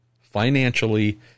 financially